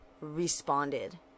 responded